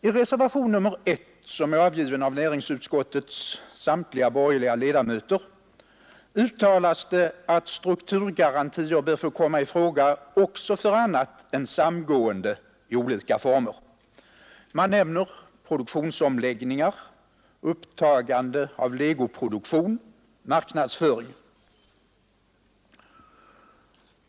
I reservationen 1, som är avgiven av näringsutskottets samtliga borgerliga ledamöter, uttalas att strukturgarantier bör få komma i fråga också för annat än samgående i olika former. Man nämner produktionsomläggningar, upptagande av legoproduktion, marknadsföring.